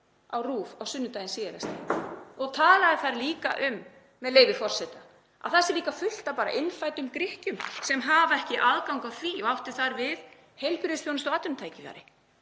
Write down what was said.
á RÚV á sunnudaginn síðasta og talaði þar líka um, með leyfi forseta, að það sé líka „fullt af innfæddum Grikkjum sem hafa ekki aðgang að því“ og átti þar við heilbrigðisþjónustu og atvinnutækifæri,